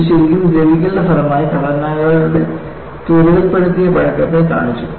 ഇത് ശരിക്കും ദ്രവിക്കലിനെ ഫലമായി ഘടനകളുടെ ത്വരിതപ്പെടുത്തിയ പഴക്കത്തെ കാണിച്ചു